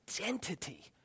identity